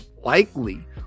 likely